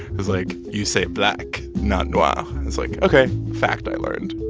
was like, you say black, not noir. ah i was like, ok fact i learned